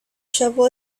shovel